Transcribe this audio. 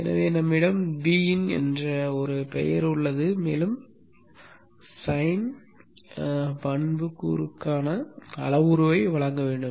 எனவே எங்களிடம் Vin என்ற பெயர் உள்ளது மேலும் சைன் பண்புக்கூறுக்கான அளவுருவை வழங்க வேண்டும்